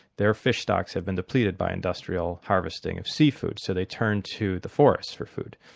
their fish stocks have been depleted by industrial harvesting of seafood, so they turn to the forest for food.